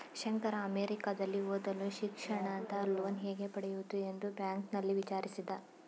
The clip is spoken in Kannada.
ಶಂಕರ ಅಮೆರಿಕದಲ್ಲಿ ಓದಲು ಶಿಕ್ಷಣದ ಲೋನ್ ಹೇಗೆ ಪಡೆಯುವುದು ಎಂದು ಬ್ಯಾಂಕ್ನಲ್ಲಿ ವಿಚಾರಿಸಿದ